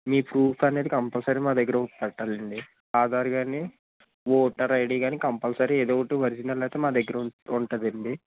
మీ proof అనేది compulsory మా దగ్గర ఒకటి పెట్టాలండి ఆధార్ కానీ ఓటర్ ఐడి కానీ కంపల్సరీ ఏదో ఒకటి ఒరిజినల్ అయితే మా దగ్గర ఉం ఉంటదండి